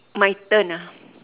my turn ah